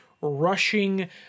rushing